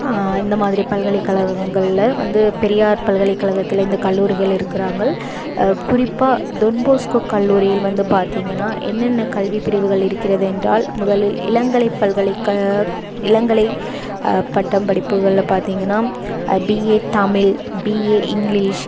இந்த மாதிரி பல்கலைக்கழகங்கள்ல வந்து பெரியார் பல்கலைக்கழகத்துல இந்த கல்லூரிகள் இருக்கிறாங்கள் குறிப்பாக டொன்போஸ்க்கோ கல்லூரியில் வந்து பார்த்திங்கன்னா என்னென்ன கல்வி பிரிவுகள் இருக்கிறது என்றால் முதலில் இளங்கலை பல்கலைக்க இளங்கலை பட்டம் படிப்புகளில் பார்த்திங்கன்னா பிஏ தமிழ் பிஏ இங்கிலீஷ்